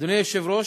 אדוני היושב-ראש,